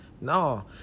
No